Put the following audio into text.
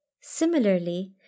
Similarly